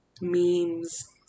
memes